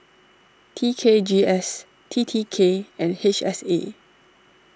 T K G S T T K and H S A